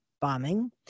bombing